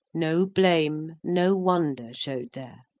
no blame, no wonder show'd there,